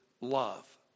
love